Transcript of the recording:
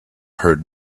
heard